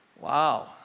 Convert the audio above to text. Wow